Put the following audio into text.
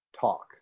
talk